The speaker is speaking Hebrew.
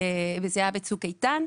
היו בצוק איתן.